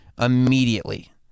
immediately